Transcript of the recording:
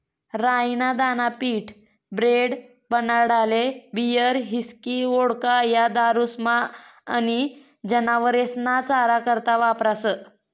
राई ना दाना पीठ, ब्रेड, बनाडाले बीयर, हिस्की, वोडका, या दारुस्मा आनी जनावरेस्ना चारा करता वापरास